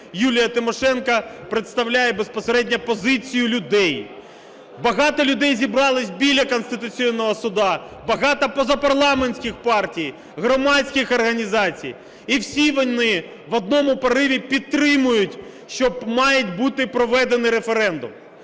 Юлія Тимошенко представляє безпосередньо позицію людей. Багато людей зібралось біля Конституційного Суду, багато позапарламентських партій, громадських організацій, і всі вони в одному пориві підтримують, що має бути проведений референдум.